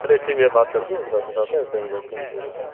चलिए ठीक है भैया बात करके आपको बताते हैं